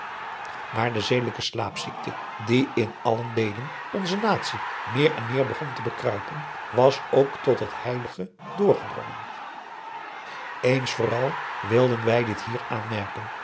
maar de zedelijke slaapziekte die in allen deele onze natie meer en meer begon te bekruipen was ook tot het heilige doorgedrongen eens vooral wilden wij dit hier aanmerken